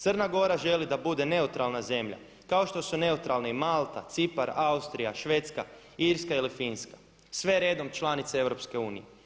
Crna Gora želi da bude neutralna zemlja kao što su neutralne i Malta, Cipar, Austrija, Švedska, Irska ili Finska sve redom članice EU.